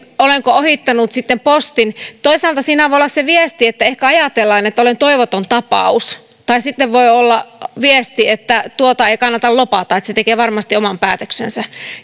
olenko ohittanut sitten postin toisaalta siinä voi olla se viesti että ehkä ajatellaan että olen toivoton tapaus tai sitten voi olla se viesti että tuota ei kannata lobata että se tekee varmasti oman päätöksensä